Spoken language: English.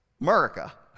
America